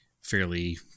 Fairly